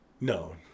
No